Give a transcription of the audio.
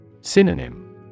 Synonym